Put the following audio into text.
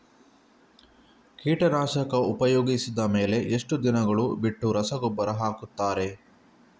ಕೀಟನಾಶಕ ಉಪಯೋಗಿಸಿದ ಮೇಲೆ ಎಷ್ಟು ದಿನಗಳು ಬಿಟ್ಟು ರಸಗೊಬ್ಬರ ಹಾಕುತ್ತಾರೆ?